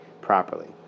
properly